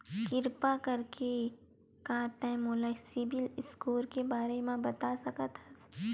किरपा करके का तै मोला सीबिल स्कोर के बारे माँ बता सकथस?